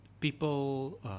people